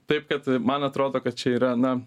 taip kad man atrodo kad čia yra na